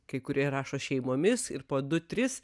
kai kurie rašo šeimomis ir po du tris